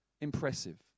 impressive